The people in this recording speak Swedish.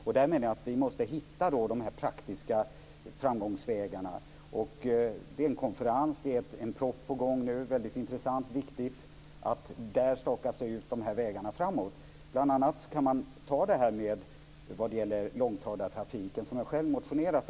Jag menar att vi måste hitta de praktiska framgångsvägarna. Det är en konferens och en proposition på gång. Det är väldigt intressant, och det är viktigt att vägarna framåt stakas ut där. Man kan bl.a. ta frågan om långtradartrafiken, som jag själv motionerat om.